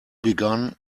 begun